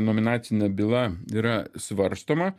nominacinė byla yra svarstoma